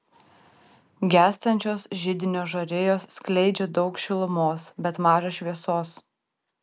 gęstančios židinio žarijos skleidžia daug šilumos bet maža šviesos